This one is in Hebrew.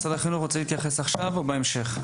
משרד החינוך, רוצה להתייחס עכשיו, או בהמשך?